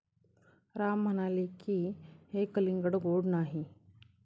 राम म्हणाले की, हे कलिंगड गोड नाही